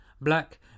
Black